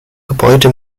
gebäude